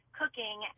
cooking